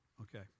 okay